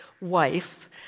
wife